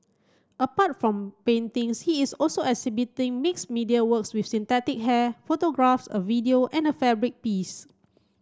apart from paintings he is also exhibiting mixed media works with synthetic hair photographs a video and a fabric piece